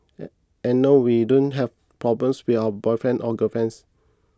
and and no we don't have problems with our boyfriend or girlfriends